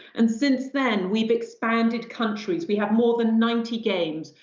and since then we've expanded countries. we have more than ninety games.